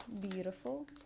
beautiful